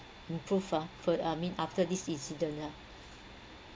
improved ah fur~ I mean after this incident ah